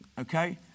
okay